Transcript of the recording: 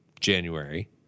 January